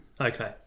Okay